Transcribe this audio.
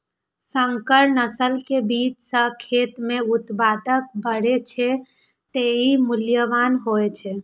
संकर नस्ल के बीज सं खेत मे उत्पादन बढ़ै छै, तें ई मूल्यवान होइ छै